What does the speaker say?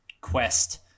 quest